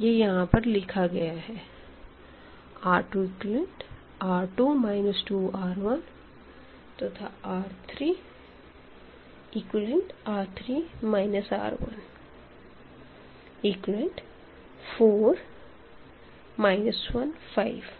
यह यहां पर लिखा गया है R2R2 2R1तथा R3R3 R1 4 1 5